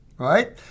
Right